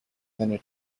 than